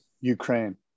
Ukraine